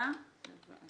עד איזה יום?